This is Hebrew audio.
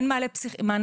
אין מענה פסיכיאטרי,